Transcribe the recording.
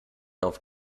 auf